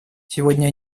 сегодня